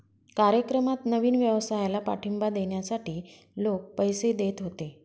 कार्यक्रमात नवीन व्यवसायाला पाठिंबा देण्यासाठी लोक पैसे देत होते